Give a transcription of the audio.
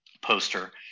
poster